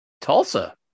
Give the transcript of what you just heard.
Tulsa